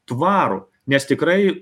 tvarų nes tikrai